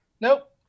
Nope